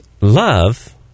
love